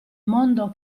mondo